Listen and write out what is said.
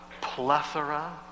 plethora